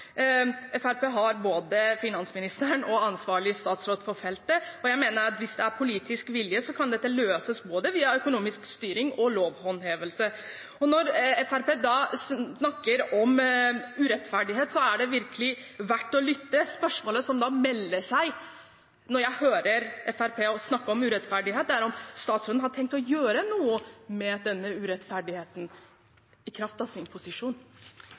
har både finansministeren og ansvarlig statsråd for feltet, og jeg mener at hvis det er politisk vilje, kan dette løses via både økonomisk styring og lovhåndhevelse. Når Fremskrittspartiet snakker om urettferdighet, er det virkelig verdt å lytte. Spørsmålet som melder seg når jeg hører Fremskrittspartiet snakke om urettferdighet, er om statsråden – i kraft av sin posisjon – har tenkt å gjøre noe med denne urettferdigheten. Det er vi nå i